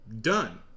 Done